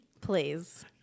Please